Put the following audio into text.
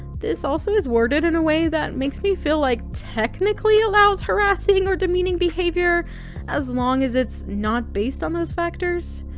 this also is worded in a way that makes me feel like technically allows harassing or demeaning behavior as long as it's not based on those factors.